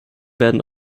werden